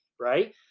right